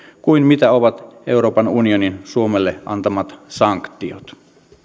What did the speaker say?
kuin mitä ovat euroopan unionin suomelle antamat sanktiot